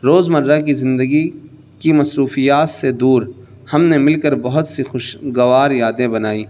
روز مرّہ کی زندگی کی مصروفیات سے دور ہم نے مل کر بہت سے خوش گوار یادیں بنائیں